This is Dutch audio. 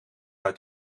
uit